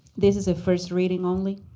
this is a first reading only.